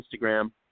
Instagram